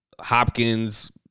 Hopkins